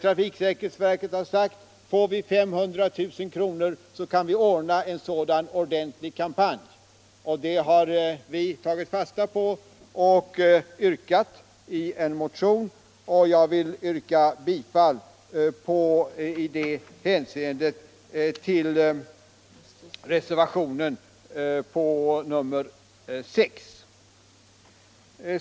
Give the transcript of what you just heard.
Trafiksäkerhetsverket har sagt att man kan ordna en ordentlig kampanj kring frågan om man får 500 000 kr. Vi har tagit fasta på detta när vi yrkat ett sådant anslag. Jag vill med hänvisning till detta yrka bifall till reservationen 6.